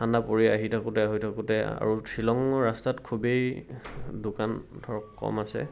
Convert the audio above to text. ঠাণ্ডা পৰি আহি থাকোঁতে হৈ থাকোঁতে আৰু শ্বিলঙৰ ৰাস্তাত খুবেই দোকান ধৰক কম আছে